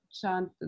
chant